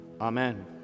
Amen